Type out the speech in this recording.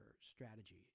strategy